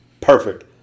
perfect